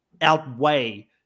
outweigh